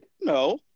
No